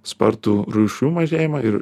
spartų rūšių mažėjimą ir